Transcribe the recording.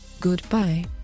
Goodbye